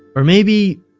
or maybe,